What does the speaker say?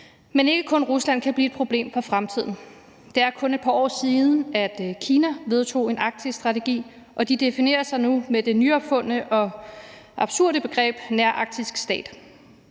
Men ikke kun Rusland kan blive et problem for fremtiden. Det er kun et par år siden, at Kina vedtog en arktisstrategi, og landet definerer sig nu med det nyopfundne og absurde begreb nærarktisk stat.